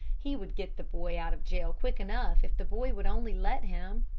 he would get the boy out of jail quick enough if the boy would only let him.